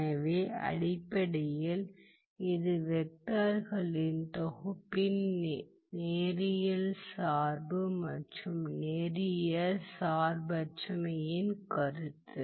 எனவே அடிப்படையில் இது வெக்டர்களின் தொகுப்பின் நேரியல் சார்பு மற்றும் நேரியல் சார்பற்றமையின் கருத்து